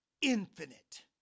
Infinite